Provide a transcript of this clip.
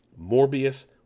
Morbius